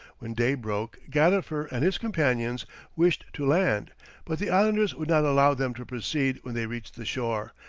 when day broke gadifer and his companions wished to land but the islanders would not allow them to proceed when they reached the shore,